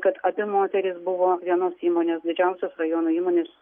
kad abi moterys buvo vienos įmonės didžiausios rajono įmonės